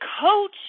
coach